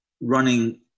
running